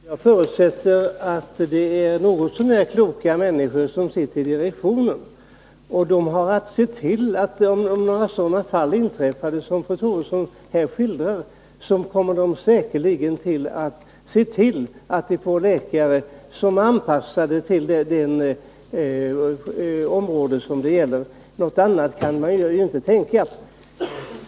Herr talman! Jag förutsätter att det något så när kloka människor som sitter i direktionen. Om några sådana fall som fru Troedsson här skildrar inträffar, kommer direktionen säkerligen att se till att man får läkare som är anpassade till de områden det gäller. Något annat kan man inte tänka sig.